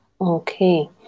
Okay